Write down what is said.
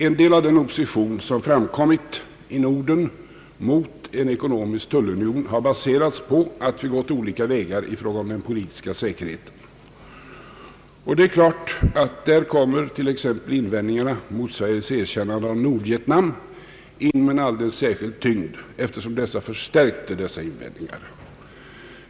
En del av den opposition som framkommit i Norden mot en ekonomisk tullunion har baserats på att vi gått olika vägar 1 fråga om den politiska säkerheten. Där kommer t.ex. invändningarna mot Sveriges erkännande av Nordvietnam in med alldeles särskild tyngd, eftersom detta förstärkte dessa invändningar.